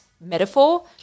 metaphor